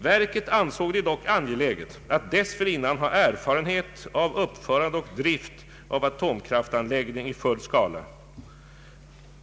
Verket ansåg det dock angeläget att dessförinnan ha erfarenhet av uppförande och drift av en atomkraftanläggning i full skala.